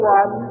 one